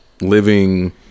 living